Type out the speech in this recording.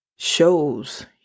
shows